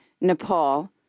Nepal